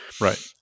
Right